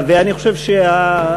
אני חושב שההבדל